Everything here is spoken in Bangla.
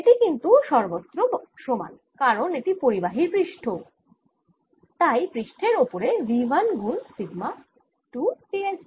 সেটি কিন্তু সর্বত্র সমান কারণ এটি পরিবাহীর পৃষ্ঠ তাই পৃষ্ঠের ওপরে V 1 গুণ সিগমা 2 d s